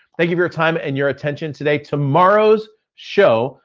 thank you for your time and your attention today. tomorrow's show,